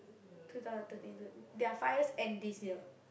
two thousand thirteen to their five years end this year